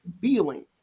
feeling